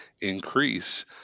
increase